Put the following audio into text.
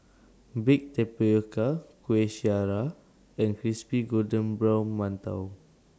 Baked Tapioca Kueh Syara and Crispy Golden Brown mantou